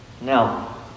Now